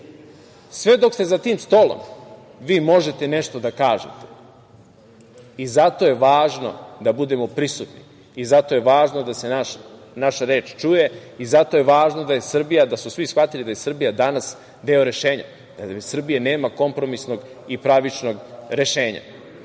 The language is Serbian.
Sve dok ste za tim stolom vi možete nešto da kažete. Zato je važno da budemo prisutni i zato je važno da se naša reč čuje. Zato je važno da su svi shvatili da je Srbija danas deo rešenja, da bez Srbije nema kompromisnog i pravičnog rešenja. Prva